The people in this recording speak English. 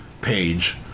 page